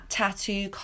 tattoo